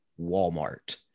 Walmart